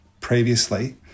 previously